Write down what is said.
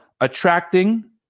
attracting